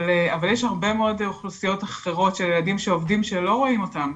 אבל יש הרבה מאוד אוכלוסיות אחרות של ילדים שעובדים שלא רואים אותם.